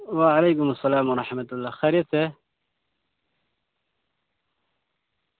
وعلیکم السّلام و رحمۃ اللہ خیریت سے ہیں